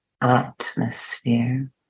atmosphere